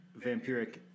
vampiric